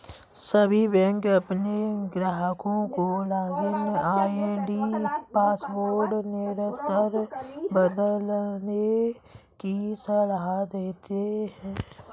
सभी बैंक अपने ग्राहकों को लॉगिन आई.डी पासवर्ड निरंतर बदलने की सलाह देते हैं